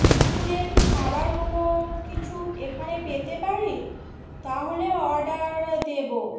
দুপুরে কি খাবার কোনো কিছু এখানে পেতে পারি তাহলে অর্ডার দেব